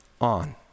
on